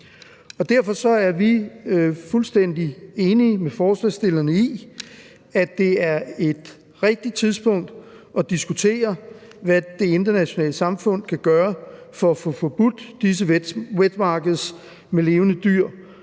Derfor er vi fuldstændig enige med forslagsstillerne i, at det er et rigtigt tidspunkt at diskutere, hvad det internationale samfund kan gøre for at få forbudt disse wet markets med levende dyr,